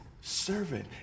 servant